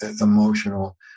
emotional